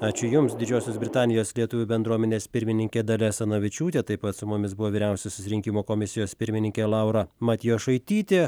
ačiū jums didžiosios britanijos lietuvių bendruomenės pirmininkė dalia asanavičiūtė taip pat su mumis buvo vyriausiosios rinkimų komisijos pirmininkė laura matjošaitytė